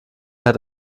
hat